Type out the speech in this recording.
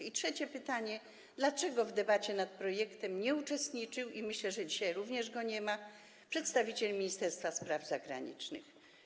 I trzecie pytanie: Dlaczego w debacie nad projektem nie uczestniczył - i myślę, że dzisiaj również go nie ma - przedstawiciel Ministerstwa Spraw Zagranicznych?